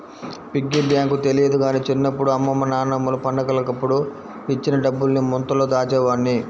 piggy bank తెలియదు గానీ చిన్నప్పుడు అమ్మమ్మ నాన్నమ్మలు పండగలప్పుడు ఇచ్చిన డబ్బుల్ని ముంతలో దాచేవాడ్ని